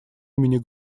имени